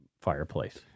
fireplace